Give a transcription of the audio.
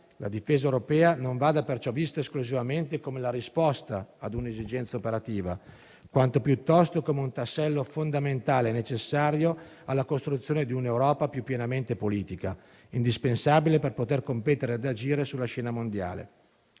la difesa europea vada perciò vista non esclusivamente come la risposta ad un'esigenza operativa, quanto piuttosto come un tassello fondamentale e necessario alla costruzione di un'Europa più pienamente politica, indispensabile per poter competere e agire sulla scena mondiale.